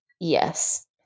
yes